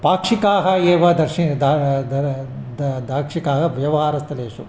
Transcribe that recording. पाक्षिकाः एव दर्शि दा दा दा दाक्षिकाः व्यवहारस्थलेषु